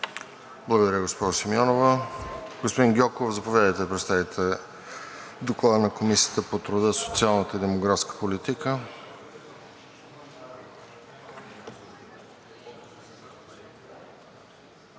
Симеонова. Господин Гьоков, заповядайте да представите Доклада на Комисията по труда, социалната и демографската политика.